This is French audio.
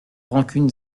rancunes